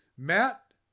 Matt